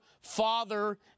father